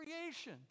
creation